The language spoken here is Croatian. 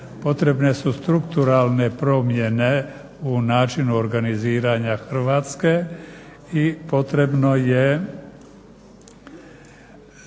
Potrebne su strukturalne promjene u načinu organiziranja Hrvatske i potrebno je